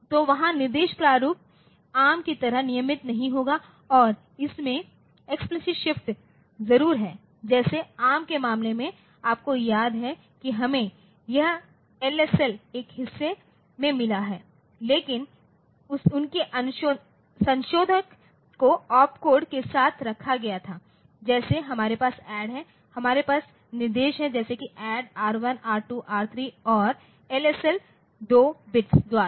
तो वहाँ निर्देश प्रारूप एआरएम की तरह नियमित नहीं होगा और इसमें एक्सप्लिसित शिफ्ट जरूर है जैसे एआरएम के मामले में आपको याद है कि हमें यह एलएसएल एक हिस्से में मिला है लेकिन उनके संशोधक को ओपकोड के साथ रखा गया था जैसे हमारे पास ADD है हमारे पास निर्देश हैं जैसे कि ADD R1 R2 R3 और फिर LSL 2 बिट्स द्वारा